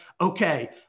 okay